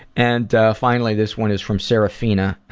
and finally, this one is from serafina.